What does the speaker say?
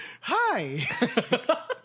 Hi